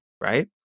right